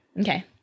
Okay